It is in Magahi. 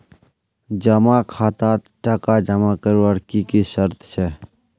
जमा खातात टका जमा करवार की की शर्त छे?